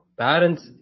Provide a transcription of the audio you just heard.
parents